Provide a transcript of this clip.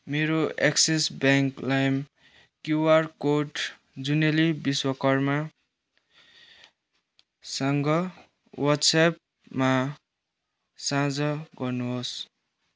मेरो Axis bank lime QR code Juneli विश्वकर्मासँग वाट्सएपमा साझा गर्नुहोस्